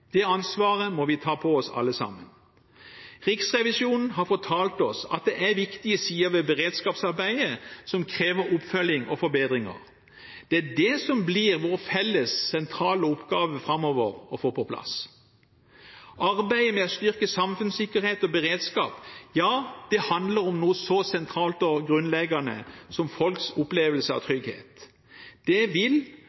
Det ansvaret må vi ta på oss alle sammen. Riksrevisjonen har fortalt oss at det er viktige sider ved beredskapsarbeidet som krever oppfølging og forbedringer. Det er det som blir vår felles sentrale oppgave framover å få på plass. Arbeidet med å styrke samfunnssikkerhet og beredskap handler om noe så sentralt og grunnleggende som folks opplevelse av trygghet. Det vil